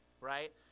right